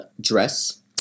dress